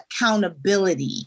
accountability